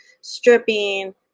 stripping